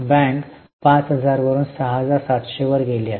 bank 5000 वरुन 6700 वर गेली आहे